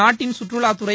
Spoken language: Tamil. நாட்டின் சுற்றுலாத்துறை